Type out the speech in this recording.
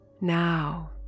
Now